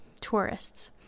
tourists